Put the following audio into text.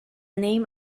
name